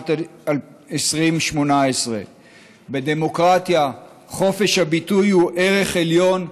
בשנת 2018. בדמוקרטיה חופש הביטוי הוא ערך עליון,